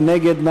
מי נגד?